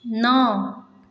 नओ